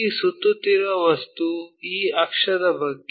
ಈ ಸುತ್ತುತ್ತಿರುವ ವಸ್ತು ಈ ಅಕ್ಷದ ಬಗ್ಗೆ